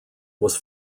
was